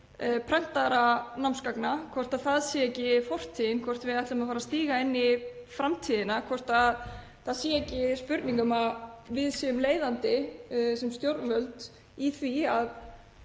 prentaðra námsgagna, hvort það sé ekki fortíðin, hvort við ætlum að fara að stíga inn í framtíðina, hvort það sé ekki spurning um að við séum leiðandi sem stjórnvöld í því að